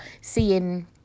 seeing